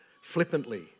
flippantly